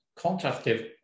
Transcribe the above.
contrastive